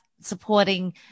supporting